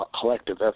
collective